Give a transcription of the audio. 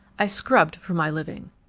i scrubbed for my living.